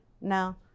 now